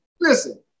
listen